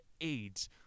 AIDS